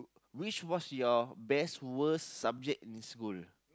which was your best worst subject in school